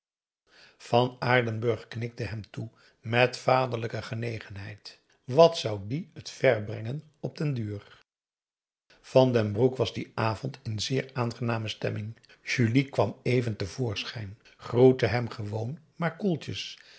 van aardenburg knikte hem toe met vaderlijke genegenheid wat zou die het ver brengen op den duur van den broek was dien avond in zeer aangename stemming julie kwam even te voorschijn groette hem gewoon maar koeltjes